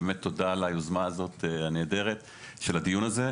תודה על היוזמה הנהדרת של הדיון הזה.